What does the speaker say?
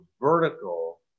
vertical